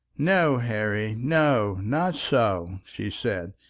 no, harry, no not so, she said,